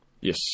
Yes